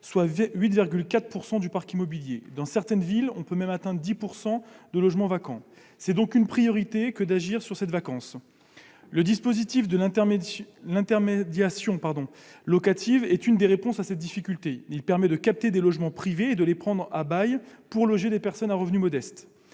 soit 8,4 % du parc immobilier. Dans certaines villes, ce taux s'établit même à 10 %. Il est donc prioritaire d'agir sur cette vacance. Le dispositif de l'intermédiation locative est l'une des réponses à cette difficulté. Il permet de capter des logements privés et de les prendre à bail pour loger des personnes aux revenus modestes.